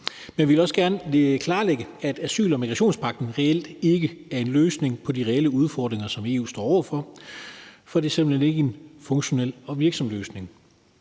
Men vi vil også gerne lige klarlægge, at asyl- og migrationspagten reelt ikke er en løsning på de reelle udfordringer, som EU står over for, for det er simpelt hen ikke en funktionel og virksom løsning.